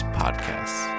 podcasts